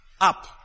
up